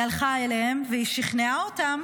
היא הלכה אליהם והיא שכנעה אותם